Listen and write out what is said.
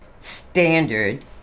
standard